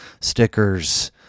stickers